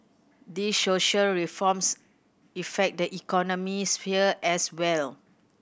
they social reforms effect the economic sphere as well